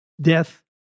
death